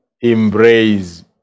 embrace